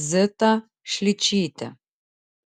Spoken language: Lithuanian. zitą šličytę